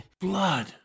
Blood